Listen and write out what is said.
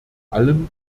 allem